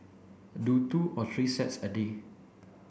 do two or three sets a day